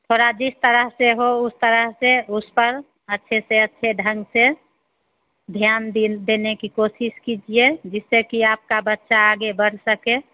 थोड़ा जिस तरह से हो उस तरह से उस पर अच्छे से अच्छे ढंग से ध्यान देन देने की कोशिश कीजिए जिससे कि आपका बच्चा आगे बढ़ सके